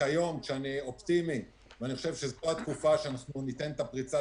כיום כשאני אופטימי ואני חושב שזאת התקופה שתהיה פריצת